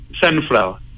sunflower